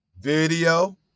video